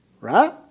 right